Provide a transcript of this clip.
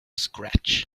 scratch